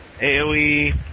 AoE